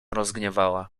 rozgniewała